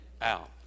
out